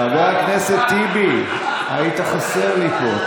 חבר הכנסת טיבי, היית חסר לי פה.